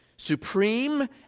supreme